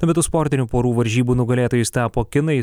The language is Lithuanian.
tuo metu sportinių porų varžybų nugalėtojais tapo kinai